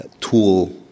tool